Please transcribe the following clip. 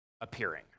appearing